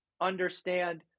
understand